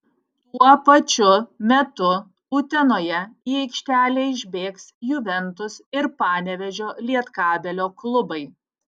tuo pačiu metu utenoje į aikštelę išbėgs juventus ir panevėžio lietkabelio klubai